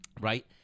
Right